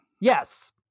Yes